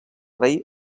rei